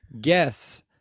guess